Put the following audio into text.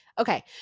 Okay